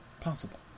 possible